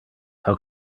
how